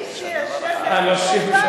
"האיש שיושב ליד ד"ר בדר"